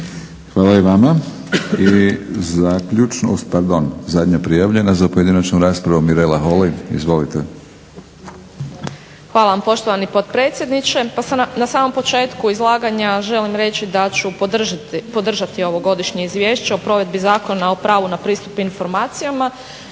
Hvala i vama. I zaključno, pardon, zadnja prijavljena za pojedinačnu raspravu Mirela Holy. Izvolite. **Holy, Mirela (SDP)** Hvala vam poštovani potpredsjedniče. Pa na samom početku izlaganja želim reći da ću podržati ovogodišnje Izvješće o provedbi Zakona o pravu na pristup informacijama